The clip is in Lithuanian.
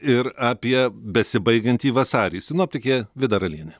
ir apie besibaigiantį vasarį sinoptikė vida ralienė